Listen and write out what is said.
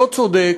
לא צודק,